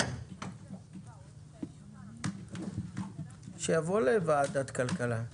- בשביל לקבל את מוסר התשלומים שאני צריך לקבל כמו כל מדינה מתוקנת,